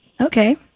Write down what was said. Okay